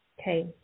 Okay